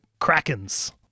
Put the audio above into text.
krakens